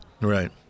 Right